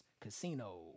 Casino